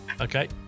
okay